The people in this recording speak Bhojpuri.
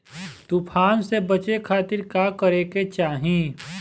तूफान से बचे खातिर का करे के चाहीं?